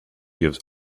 gives